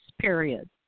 period